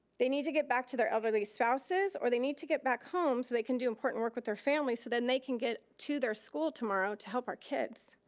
they need to get back to their elderly spouses or they need to get back home so they can do important work with their family so then they can get to their school tomorrow to help our kids.